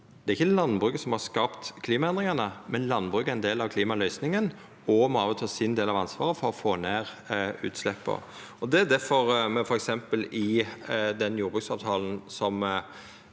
Det er ikkje landbruket som har skapt klimaendringane. Landbruket er ein del av klimaløysinga og må òg ta sin del av ansvaret for å få ned utsleppa. Det er difor me f.eks. i den jordbruksavtalen som